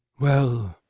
well!